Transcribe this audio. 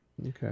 Okay